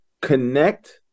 connect